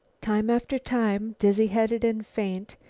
time after time, dizzy-headed and faint,